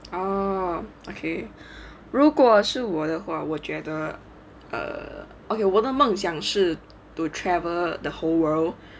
oh okay 如果是我的话我觉得 err okay 我的梦想是 to travel the whole world